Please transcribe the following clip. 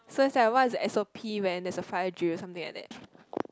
so it's like what's the s_o_p when there's a fire drill or something like that